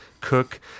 Cook